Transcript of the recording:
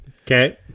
Okay